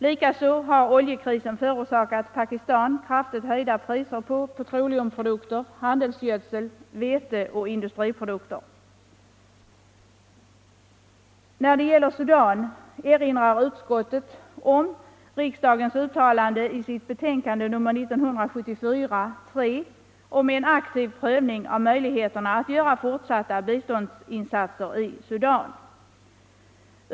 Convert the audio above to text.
Likaså har oljekrisen förorsakat Pakistan kraftigt höjda priser på petroleumprodukter, handelsgödsel, vete och industriprodukter. När det gäller Sudan erinrar utskottet om riksdagens uttalande på grund av utskottets betänkande 1974:3 om en aktiv prövning av möjligheterna att göra fortsatta biståndsinsatser i Sudan.